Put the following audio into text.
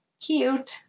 Cute